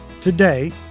Today